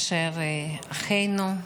שאחינו,